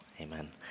amen